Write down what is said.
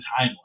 timeline